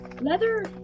leather